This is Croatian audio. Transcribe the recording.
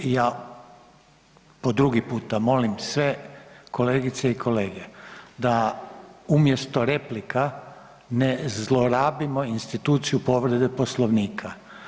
Ja po drugi puta molim sve kolegice i kolege, da umjesto replika ne zlorabimo instituciju povrede Poslovnika.